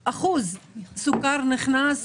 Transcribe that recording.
איזה אחוז סוכר נכנס